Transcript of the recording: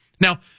Now